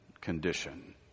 condition